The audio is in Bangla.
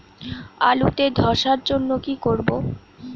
আলুতে ধসার জন্য কি করব?